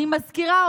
אני מזכירה,